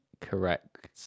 correct